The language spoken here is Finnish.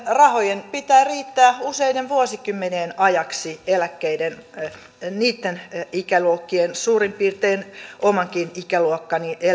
rahojen pitää riittää useiden vuosikymmenien ajaksi niitten ikäluokkien suurin piirtein omankin ikäluokkani